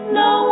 no